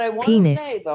penis